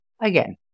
Again